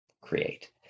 create